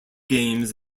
games